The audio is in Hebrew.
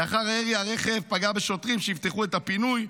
לאחר הירי הרכב פגע בשוטרים שאבטחו את הפינוי.